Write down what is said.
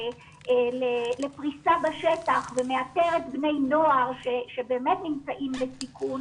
לפריסה בשטח ומאתרת בני נוער שבאמת נמצאים בסיכון.